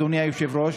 אדוני היושב-ראש.